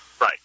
Right